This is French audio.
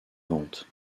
vente